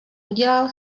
udělal